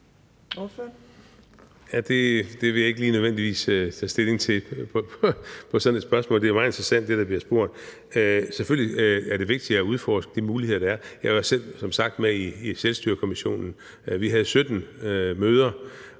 vil jeg ikke lige nødvendigvis tage stilling til. Det er meget interessant, hvad der bliver spurgt om. Selvfølgelig er det vigtigt at udforske de muligheder, der er. Jeg var selv som sagt med i Selvstyrekommissionen. Vi havde 17 møder,